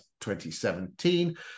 2017